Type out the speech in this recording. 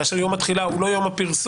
כאשר יום התחילה הוא לא יום הפרסום